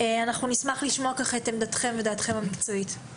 אנחנו נשמח לשמוע את עמדתכם ודעתכם המקצועית.